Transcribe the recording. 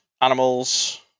animals